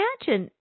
imagine